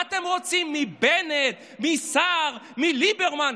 מה אתם רוצים מבנט, מסער, מליברמן?